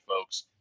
folks